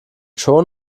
schon